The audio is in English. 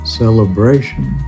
celebration